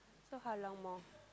so how long more